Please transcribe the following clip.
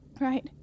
Right